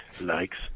likes